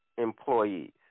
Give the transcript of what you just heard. Employees